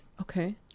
Okay